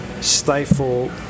stifle